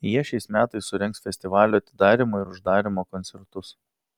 jie šiais metais surengs festivalio atidarymo ir uždarymo koncertus